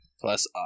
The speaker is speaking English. Plus